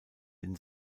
den